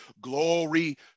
Glory